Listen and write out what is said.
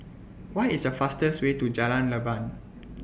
What IS The fastest Way to Jalan Leban